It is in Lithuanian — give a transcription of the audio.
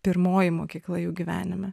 pirmoji mokykla jų gyvenime